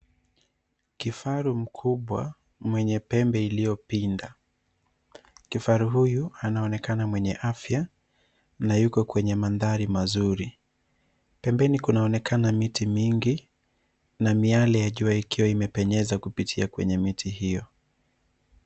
Kifaru mkubwa mwenye pembe iliyopinda. Kifaru huyu anaonekana mwenye afya na yuko kwenye mandhari mazuri. Pembeni, kunaoneka miti mingi na miali ya jua ikiwa imepenyeza kupitia kwenye miti hiyo.